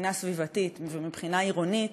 מבחינה סביבתית ומבחינה עירונית,